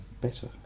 better